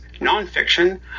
nonfiction